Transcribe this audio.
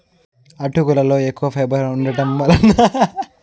అటుకులలో ఎక్కువ ఫైబర్ వుండటం వలన వీటిని తింటే బరువు తగ్గుతారు